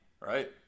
Right